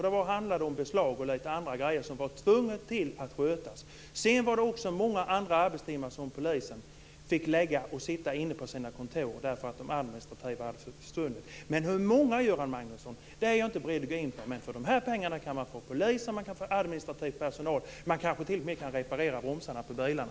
Det handlade om beslag och litet andra saker som man var tvungen att sköta. Polisen fick också ägna många arbetstimmar åt att sköta administrativa uppgifter inne på sina kontor. Hur många polistjänster det gäller är jag inte beredd att gå in på, Göran Magnusson, men för de pengar det gäller kan man få poliser och administrativ personal. Man kan kanske t.o.m. reparera bromsarna på bilarna.